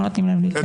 אני